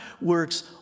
works